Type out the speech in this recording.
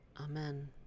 Amen